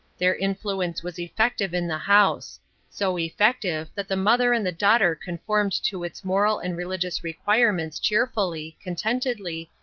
their influence was effective in the house so effective that the mother and the daughter conformed to its moral and religious requirements cheerfully, contentedly,